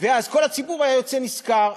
ואז כל הציבור היה יוצא נשכר.